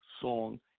song